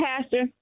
Pastor